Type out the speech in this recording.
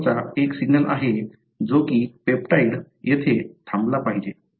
शेवटचा एक सिग्नल आहे जो की पेप्टाइड येथे थांबला पाहिजे